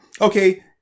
okay